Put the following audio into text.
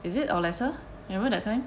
is it or lesser remember that time